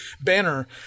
banner